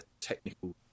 technical